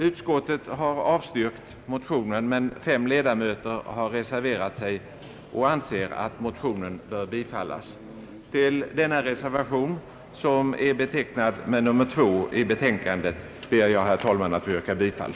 Utskottet har avstyrkt motionen, men fem ledamöter har reserverat sig och anser att motionen bör bifallas. Till denna reservation, som är betecknad med nr 2 i betänkandet, ber jag, herr talman, att få yrka bifall.